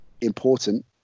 important